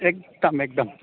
एकदम एकदम